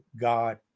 God